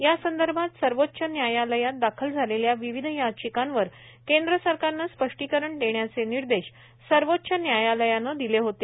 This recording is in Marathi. यासंदर्भात सर्वोच्च न्यायालयात दाखल झालेल्या विविध याचिकांवर केंद्र सरकारनं स्पष्टीकरण देण्याचे निर्देश सर्वोच्च न्यायालयानं दिले होते